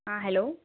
ہاں ہیلو